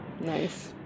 nice